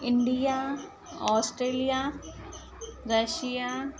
India Australia Russia